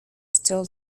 still